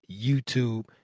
YouTube